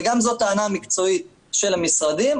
וגם זו הטענה המקצועית של המשרדים,